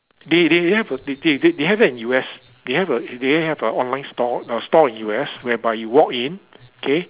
they they have they they they have that in U_S they have a they have a online store uh store in U_S whereby you walk in okay